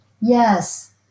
Yes